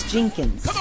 Jenkins